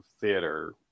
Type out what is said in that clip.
theater